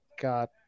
god